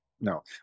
No